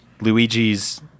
Luigi's